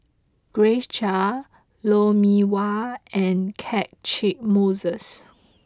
Grace Chia Lou Mee Wah and Catchick Moses